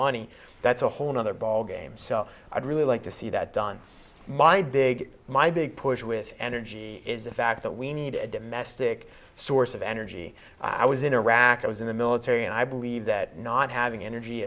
money that's a whole nother ballgame so i'd really like to see that done my big my big push with energy is the fact that we need a domestic source of energy i was in iraq i was in the military and i believe that not having energy